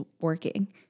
working